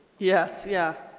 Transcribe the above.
yes yeah